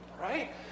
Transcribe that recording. Right